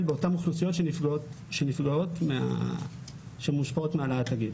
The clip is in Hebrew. באותן אוכלוסיות שמושפעות מהעלאת הגיל.